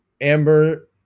Amber